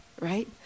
Right